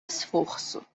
esforço